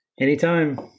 Anytime